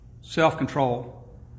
self-control